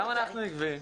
גם אנחנו עקביים.